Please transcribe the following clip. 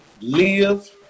Live